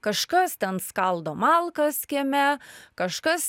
kažkas ten skaldo malkas kieme kažkas